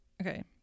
okay